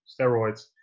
steroids